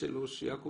זה שווה לו,